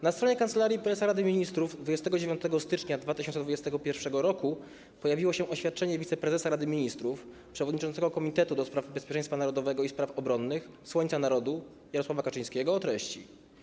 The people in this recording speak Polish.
Na stronie Kancelarii Prezesa Rady Ministrów 29 stycznia 2021 r. pojawiło się oświadczenie wiceprezesa Rady Ministrów, przewodniczącego Komitetu ds. Bezpieczeństwa Narodowego i Spraw Obronnych, słońca narodu, Jarosława Kaczyńskiego o następującej treści: